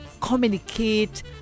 communicate